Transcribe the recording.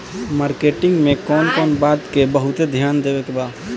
Marketing मे कौन कौन बात के बहुत ध्यान देवे के बा?